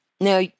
Now